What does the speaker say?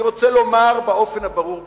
אני רוצה לומר באופן הברור ביותר: